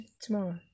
tomorrow